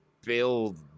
build